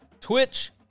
Twitch